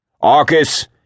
Arcus